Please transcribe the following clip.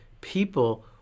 people